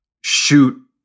shoot